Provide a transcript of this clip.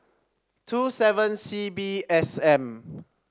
two seven C B S M